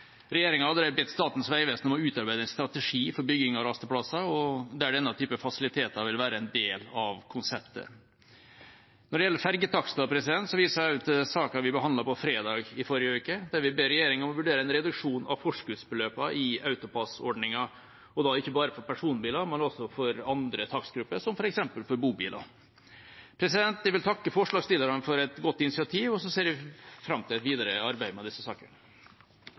Regjeringa har allerede bedt Statens vegvesen om å utarbeide en strategi for bygging av rasteplasser, der denne typen fasiliteter vil være en del av konseptet. Når det gjelder fergetakster, viser jeg også til saken vi behandlet på fredag i forrige uke, der vi ber regjeringa om å vurdere en reduksjon av forskuddsbeløpene i AutoPASS-ordningen, og da ikke bare for personbiler, men også for andre takstgrupper, som f.eks. for bobiler. Jeg vil takke forslagsstillerne for et godt initiativ, og så ser jeg fram til et videre arbeid med disse sakene.